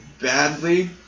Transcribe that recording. badly